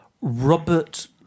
Robert